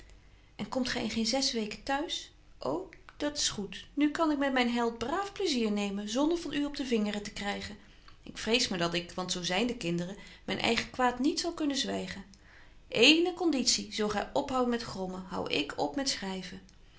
en komt gy in geen zes weken t'huis ô dat's goed nu kan ik met myn held braaf plaizier nemen zonder van u op de vingeren te krygen ik vrees maar dat ik want zo zyn de kinderen myn eigen kwaad niet zal kunnen zwygen eéne conditie zo gy ophoudt met grommen hou ik op met schryven